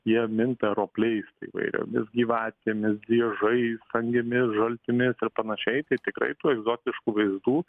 jie minta ropliais įvairiomis gyvatėmis driežais angimis žaltimis ir panašiai tai tikrai tų egzotiškų vaizdų